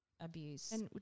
abuse